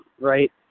right